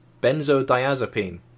benzodiazepine